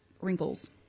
wrinkles